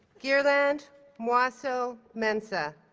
girland mwaso mnensa,